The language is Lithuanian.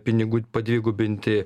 pinigų padvigubinti